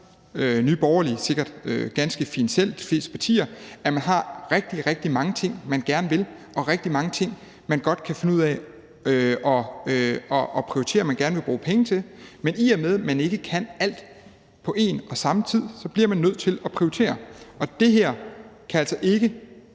fleste partier sikkert ganske fint selv til, have rigtig, rigtig mange ting, man gerne vil, og rigtig mange ting, man godt kan finde ud af at prioritere man gerne vil bruge penge på, men i og med at man ikke kan få alt på en og samme tid, bliver man nødt til at prioritere, og det her kan altså ikke